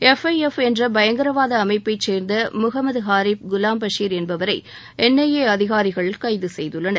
F I F என்ற பயங்கரவாத அமைப்பை சேர்ந்த முகமது ஹாரிப் குலாம்பஷிர் என்பவரை என்ஐஏ அதிகாரிகள் கைது செய்துள்ளனர்